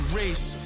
race